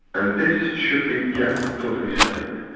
and this should be kept totally separate.